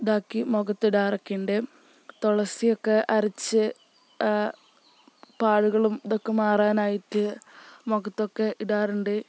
ഇതാക്കി മുഖത്തിടാറൊക്കെയുണ്ട് തുളസിയൊക്കെ അരച്ച് പാടുകളും ഇതൊക്കെ മാറാനായിട്ട് മുഖത്തൊക്കെ ഇടാറുണ്ട്